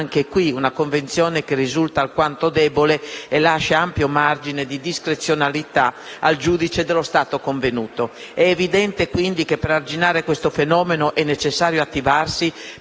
anche questa una convenzione che risulta alquanto debole e che lascia ampio margine di discrezionalità al giudice dello Stato convenuto. È evidente quindi che, per arginare questo fenomeno, è necessario attivarsi